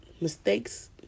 mistakes